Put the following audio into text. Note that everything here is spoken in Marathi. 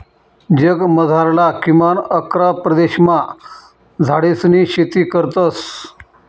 जगमझारला किमान अकरा प्रदेशमा झाडेसनी शेती करतस